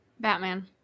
Batman